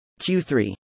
Q3